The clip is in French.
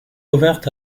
revinrent